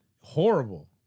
horrible